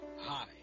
Hi